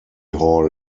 hall